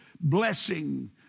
blessing